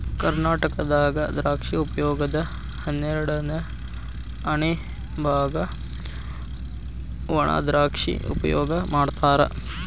ಕರ್ನಾಟಕದಾಗ ದ್ರಾಕ್ಷಿ ಉಪಯೋಗದ ಹನ್ನೆರಡಅನೆ ಬಾಗ ವಣಾದ್ರಾಕ್ಷಿ ಉಪಯೋಗ ಮಾಡತಾರ